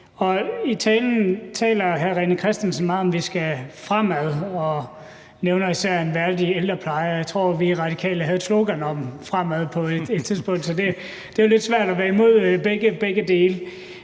I talen taler hr. René Christensen meget om, at vi skal fremad, og han nævner især en værdig ældrepleje. Jeg tror, at vi i Radikale Venstre havde et slogan om fremad på et tidspunkt, så det er lidt svært at være imod begge dele.